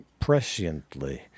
presciently